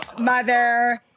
mother